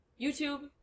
YouTube